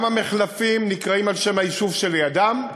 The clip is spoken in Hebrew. גם המחלפים נקראים על שם היישוב שלידם.